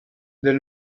del